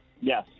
Yes